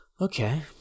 Okay